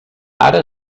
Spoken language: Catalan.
ara